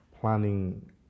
planning